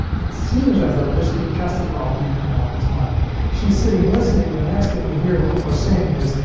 it seems as though, this could just as well be in penelope's mind. she's sitting listening and the next thing we hear homer saying is,